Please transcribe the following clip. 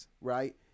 right